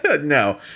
No